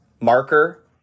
marker